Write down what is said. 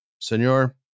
Senor